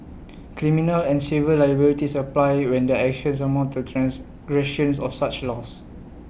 criminal and civil liabilities apply when their actions amount to transgressions of such laws